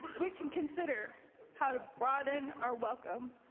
we can consider how to broaden our welcome,